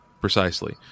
Precisely